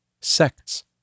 sects